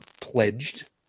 pledged